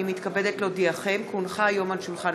אני קובעת כי הצעת חוק הגנת